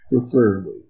Preferably